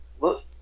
look